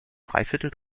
dreiviertel